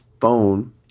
phone